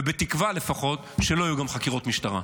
ובתקווה לפחות שלא יהיו גם חקירות משטרה.